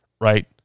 right